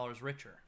richer